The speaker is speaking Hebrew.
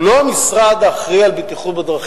הוא לא המשרד האחראי על הבטיחות בדרכים,